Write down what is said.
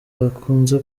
bakunze